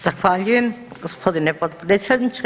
Zahvaljujem gospodine potpredsjedniče.